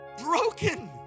broken